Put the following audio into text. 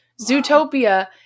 Zootopia